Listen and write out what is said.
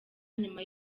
nyuma